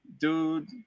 Dude